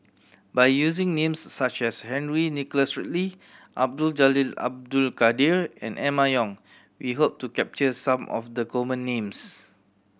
by using names such as Henry Nicholas Ridley Abdul Jalil Abdul Kadir and Emma Yong we hope to capture some of the common names